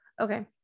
okay